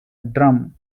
drum